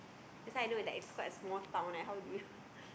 that's why I know it's like quite a small town like how do you